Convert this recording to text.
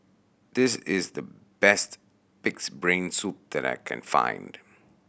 this is the best Pig's Brain Soup that I can find